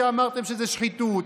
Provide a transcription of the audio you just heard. אמרתם שזאת שחיתות,